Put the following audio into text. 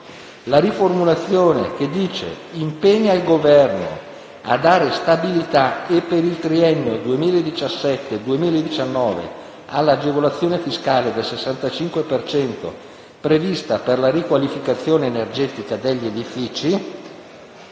riformulazione: «impegna il Governo a dare stabilità per il triennio 2017-2019 all'agevolazione fiscale del 65 per cento prevista per la riqualificazione energetica degli edifici».